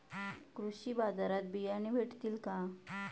कृषी बाजारात बियाणे भेटतील का?